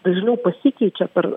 dažniau pasikeičia per